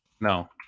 No